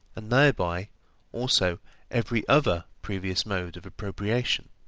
and thereby also every other previous mode of appropriation.